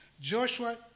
Joshua